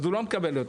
אז הוא לא מקבל יותר,